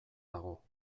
dago